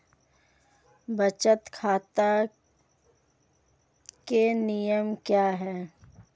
बचत बैंक खाता के नियम क्या हैं?